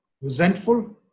resentful